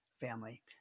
family